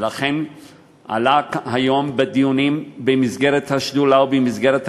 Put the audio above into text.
ולכן עלה היום בדיונים במסגרת השדולה ובמסגרת הוועדות,